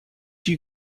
you